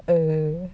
err